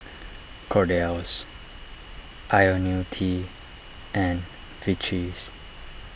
Kordel's Ionil T and Vichy's